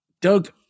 Doug